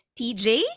TJ